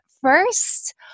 first